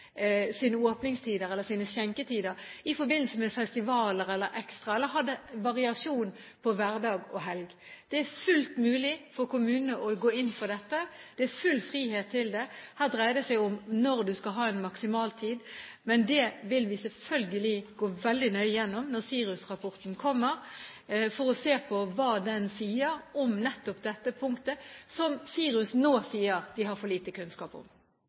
sine skjenketider i forbindelse med festivaler, eller hadde variasjon på hverdag og helg. Det er fullt mulig for kommunene å gå inn for dette. Det er det full frihet til. Her dreier det seg om når man skal ha en maksimaltid. Men det vil vi selvfølgelig gå veldig nøye gjennom når SIRUS-rapporten kommer, for å se på hva den sier om nettopp dette punktet, som SIRUS nå sier de har for lite kunnskap om.